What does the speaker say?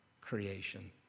creation